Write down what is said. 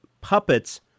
puppets